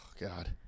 God